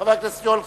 חבר הכנסת יואל חסון.